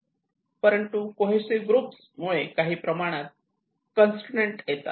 परंतु cohesive groups मुळे काही प्रमाणात कॉन्स्ट्राइण्ट येतात